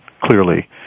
clearly